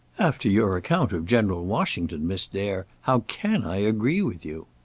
after your account of general washington, miss dare, how can i agree with you?